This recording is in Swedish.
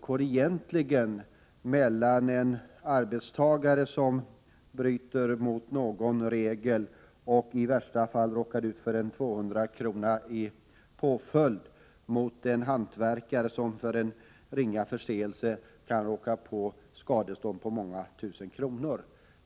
för jämlikhet mellan en arbetare som bryter mot någon regel och i värsta fall råkar ut för en 200-krona i påföljd och en hantverkare som för en ringa förseelse kan råka på skadestånd på många tusen kronor?